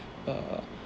err